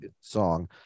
song